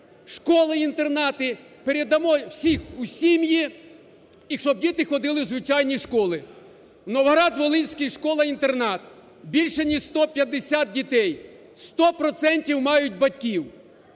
школи-інтернати, передамо всіх у сім'ї і щоб діти ходили в звичайні школи. Новоград-Волинський, школа-інтернат, більше ніж 150 дітей, 100 процентів мають батьків.